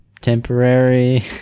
temporary